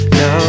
no